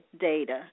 data